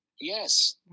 Yes